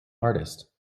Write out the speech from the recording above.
artist